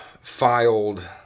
filed